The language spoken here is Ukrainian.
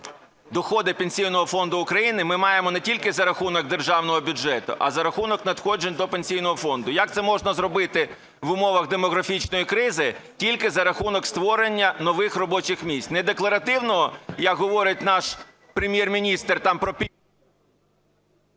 доходи Пенсійного фонду України ми маємо не тільки за рахунок державного бюджету, а за рахунок надходжень до Пенсійного фонду. Як це можна зробити в умовах демографічної кризи? Тільки за рахунок створення нових робочих місць. Не декларативного, як говорить наш Прем’єр-міністр про… ГОЛОВУЮЧИЙ.